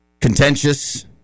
contentious